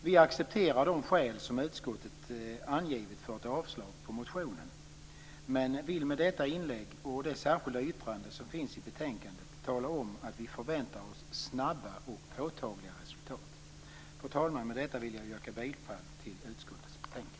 Vi accepterar de skäl som utskottet angivit för ett avslag på motionen, men vill med detta inlägg och det särskilda yttrande som finns i betänkandet tala om att vi förväntar oss snabba och påtagliga resultat. Fru talman! Med detta vill jag yrka bifall till hemställan i utskottets betänkande.